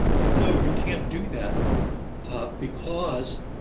no, you can't do that because